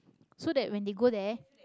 so that when they go there